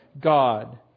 God